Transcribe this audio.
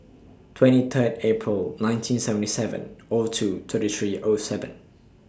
twenty Third April nineteen seventy seven O two thirty three O seven